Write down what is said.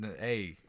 hey